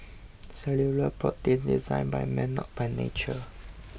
cellular proteins designed by man not by nature